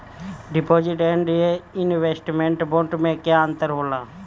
Deposit and investment bond मे का अंतर होला?